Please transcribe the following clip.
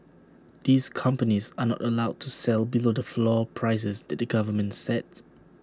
these companies are not allowed to sell below the floor prices that the government sets